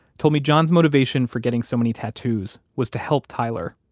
told me john's motivation for getting so many tattoos was to help tyler,